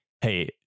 hey